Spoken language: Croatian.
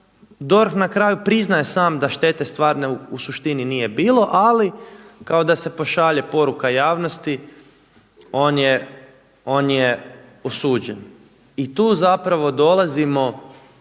DORH na kraju priznaje sam da štete stvarne u suštini nije bilo, ali kao da se pošalje poruka javnosti, on je osuđen. I tu zapravo dolazimo